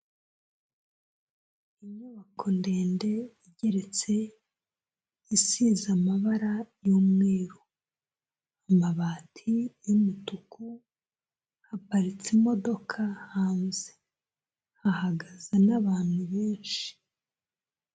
Inyubako ndende igeretse, isize amabara y'umweru, amabati y'umutuku, haparitse imodoka hanze, hahagaze n'abantu benshi.